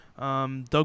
Doug